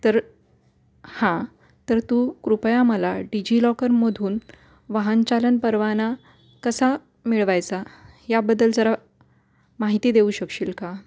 तर हां तर तू कृपया मला डिजिलॉकरमधून वाहनचालन परवाना कसा मिळवायचा याबद्दल जरा माहिती देऊ शकशील का